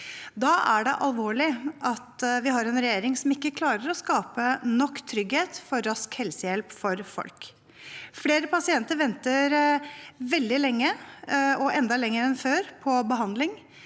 Da er det alvorlig at vi har en regjering som ikke klarer å skape nok trygghet for rask helsehjelp for folk. Flere pasienter venter veldig lenge – enda lenger enn før – på behandling.